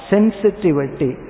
Sensitivity